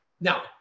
now